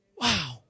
Wow